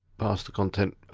past the content,